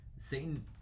Satan